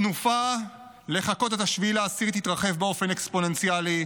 התנופה לחקות את 7 באוקטובר תתרחב באופן אקספוננציאלי,